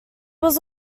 was